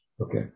Okay